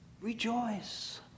Rejoice